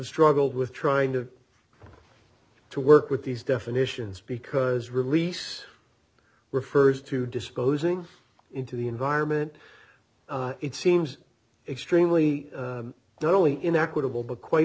struggled with trying to to work with these definitions because release refers to disposing into the environment it seems extremely not only in equitable mcqua